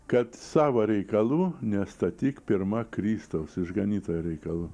kad savo reikalų nestatyk pirma kristaus išganytojo reikalų